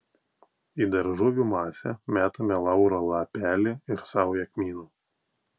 į daržovių masę metame lauro lapelį ir saują kmynų